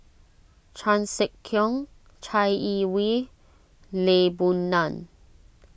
Chan Sek Keong Chai Yee Wei Lee Boon Ngan